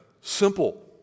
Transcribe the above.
simple